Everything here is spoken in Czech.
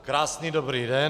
Krásný dobrý den.